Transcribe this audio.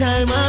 Time